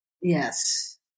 Yes